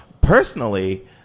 Personally